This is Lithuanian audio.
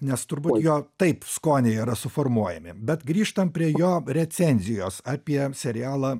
nes turbūt jo taip skoniai yra suformuojami bet grįžtam prie jo recenzijos apie serialą